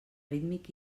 rítmic